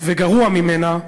וגרוע ממנה